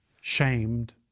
shamed